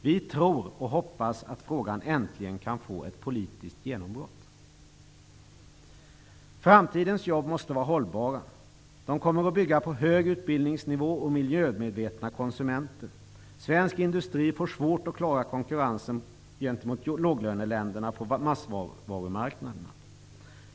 Vi tror och hoppas att frågan äntligen kan få ett politiskt genombrott. Framtidens jobb måste vara hållbara. De kommer att bygga på hög utbildningsnivå och miljömedvetna konsumenter. Svensk industri får svårt att klara konkurrensen gentemot låglöneländerna på massvarumarknaderna.